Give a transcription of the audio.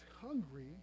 hungry